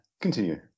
Continue